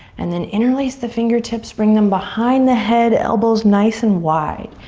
and then interlace the fingertips, bring them behind the head, elbows nice and wide.